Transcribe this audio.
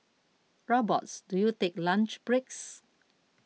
Robots do you take lunch breaks